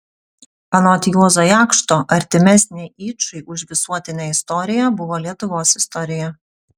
anot juozo jakšto artimesnė yčui už visuotinę istoriją buvo lietuvos istorija